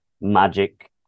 magic